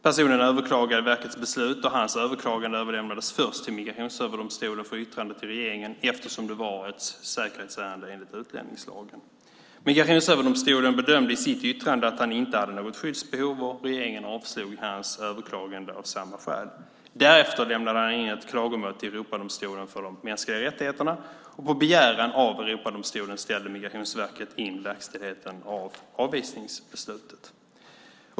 Personen överklagade verkets beslut, och hans överklagan lämnades först till Migrationsöverdomstolen för yttrande till regeringen eftersom det var ett säkerhetsärende enligt utlänningslagen. Migrationsöverdomstolen bedömde i sitt yttrande att han inte hade något skyddsbehov, och regeringen avslog hans överklagande av samma skäl. Därefter lämnade han in ett klagomål till Europadomstolen för de mänskliga rättigheterna, och på begäran av Europadomstolen ställde Migrationsverket in verkställigheten av avvisningsbeslutet.